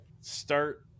start